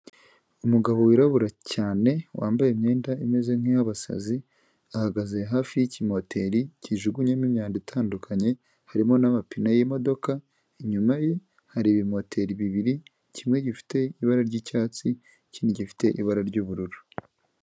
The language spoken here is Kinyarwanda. Umugabo wirabura cyane wambaye imyenda imeze nk'iyabasazi, ahagaze hafi y'ikimoteri kijugunyemo imyanda itandukanye harimo n'amapine y'imodoka, inyuma ye hari ibimoteri bibiri, kimwe gifite ibara ry'icyatsi kinini gifite ibara ry'ubururu.